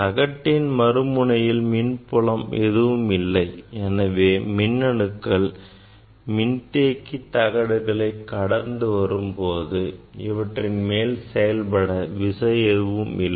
தகட்டின் மறுமுனையில் மின்புலம் ஏதும் இல்லை எனவே மின்னணுக்கள் மின்தேக்கி தகடுகளை கடந்து வரும்போது இவற்றின் மேல் செயல்பட விசை எதுவும் இல்லை